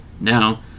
Now